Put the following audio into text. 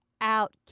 out